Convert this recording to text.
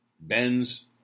Benz